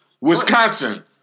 Wisconsin